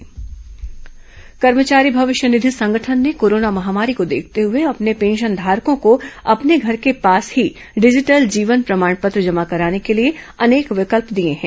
EPFO जीवन प्रमाण पत्र कर्मचारी भविष्य निधि संगठन ने कोरोना महामारी को देखते हुए अपने पेंशनधारकों को अपने घर के पास ही डिजिटल जीवन प्रमाण पत्र जमा कराने के लिए अनेक विकल्प दिए हैं